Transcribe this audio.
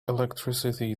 electricity